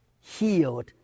healed